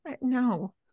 no